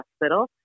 Hospital